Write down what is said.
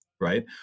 right